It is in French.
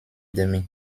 demi